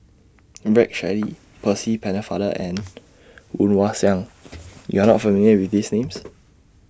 Rex Shelley Percy Pennefather and Woon Wah Siang YOU Are not familiar with These Names